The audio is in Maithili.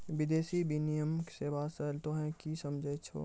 विदेशी विनिमय सेवा स तोहें कि समझै छौ